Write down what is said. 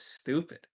stupid